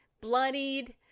bloodied